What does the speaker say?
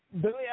Billy